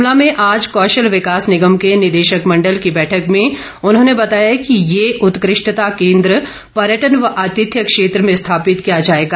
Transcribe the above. शिमला में आज कौशल विकास निगम के निदेशक मंडल की बैठक में उन्होंने बताया कि ये उत्कृष्टता केंद्र पर्यटन व आतिथ्य क्षेत्र में स्थापित किया जाएगा